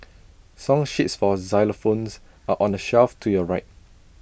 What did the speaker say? song sheets for xylophones are on the shelf to your right